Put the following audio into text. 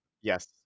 Yes